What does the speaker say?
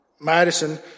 Madison